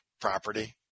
property